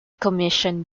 commission